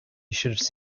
should